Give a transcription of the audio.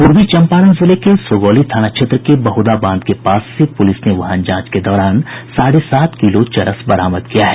पूर्वी चम्पारण जिले के सुगौली थाना क्षेत्र के बहदा बांध के पास से पूलिस ने वाहन जांच के दौरान साढ़े सात किलो चरस बरामद किया है